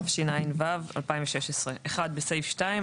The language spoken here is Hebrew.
התשע"ו-2016 (1)בסעיף 2,